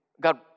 God